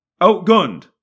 outgunned